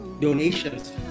donations